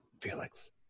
Felix